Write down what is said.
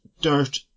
dirt